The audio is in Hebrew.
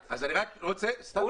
אני רק רוצה עשר שניות.